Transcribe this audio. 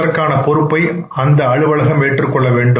இதற்கான பொறுப்பை அந்த அலுவலகம் ஏற்றுக்கொள்ளவேண்டும்